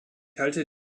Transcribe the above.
halte